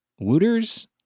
Wooters